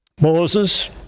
Moses